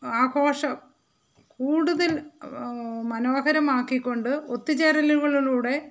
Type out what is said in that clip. ആഘോഷം കൂടുതൽ മനോഹരമാക്കിക്കൊണ്ട് ഒത്തുചേരലുകളിലൂടെ